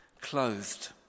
Clothed